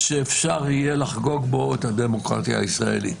שאפשר יהיה לחגוג בו את הדמוקרטיה הישראלית.